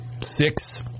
six